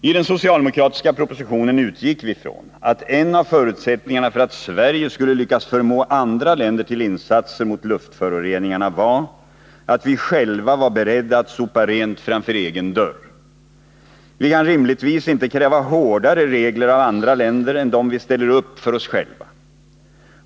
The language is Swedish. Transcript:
I den socialdemokratiska propositionen utgick vi ifrån att en av förutsättningarna för att Sverige skulle lyckas förmå andra länder till insatser mot luftföroreningarna var att vi själva var beredda att sopa rent framför egen dörr. Vi kan rimligtvis inte kräva hårdare regler av andra länder än dem vi ställer upp för oss själva.